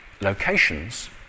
locations